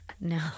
No